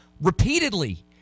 Repeatedly